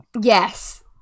Yes